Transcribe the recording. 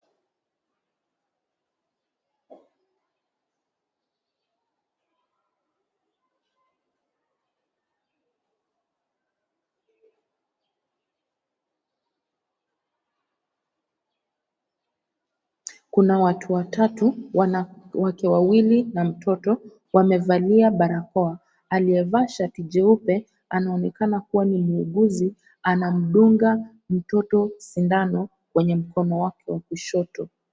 Kuna watu watatu wanawake wawili na mtoto wamevalia barakoa. Aliyevaa shati jeupe anaonekana kuwa ni muuguzi anamdunga mtoto sindano kwenye mkono wake wa kushoto.